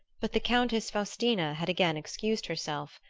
but the countess faustina had again excused herself.